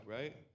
right